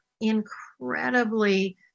incredibly